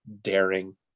daring